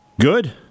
Good